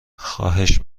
خواهش